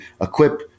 equip